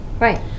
Right